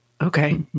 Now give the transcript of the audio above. Okay